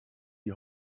die